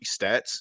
stats